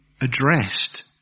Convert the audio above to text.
addressed